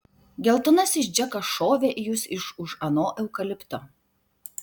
geltonasis džekas šovė į jus iš už ano eukalipto